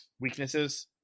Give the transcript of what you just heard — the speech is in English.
weaknesses